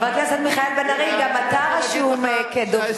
חבר הכנסת מיכאל בן-ארי, גם אתה רשום כדובר.